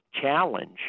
challenge